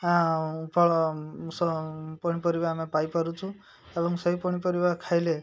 ଆଉ ଫଳ ପନିପରିବା ଆମେ ପାଇପାରୁଛୁ ଏବଂ ସେଇ ପନିପରିବା ଖାଇଲେ